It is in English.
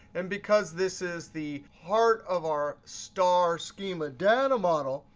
and because this is the heart of our star schema data model,